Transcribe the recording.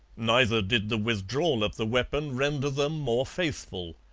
neither did the withdrawal of the weapon render them more faithful.